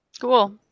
Cool